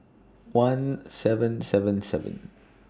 one seven seven seven